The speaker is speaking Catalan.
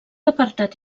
apartat